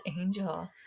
angel